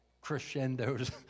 crescendos